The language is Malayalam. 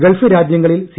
ഗൾഫ് രാജ്യങ്ങളിൽ സി